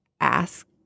ask